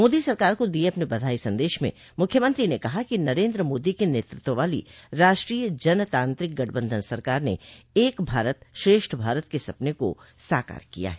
मोदी सरकार को दिये अपने बधाई संदेश में मुख्यमंत्री ने कहा कि नरेन्द्र मोदी के नेतृत्व वाली राष्ट्रीय जनतांत्रिक गठबंधन सरकार ने एक भारत श्रेष्ठ भारत के सपने को साकार किया है